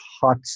hot